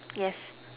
yes